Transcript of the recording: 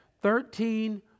thirteen